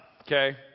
okay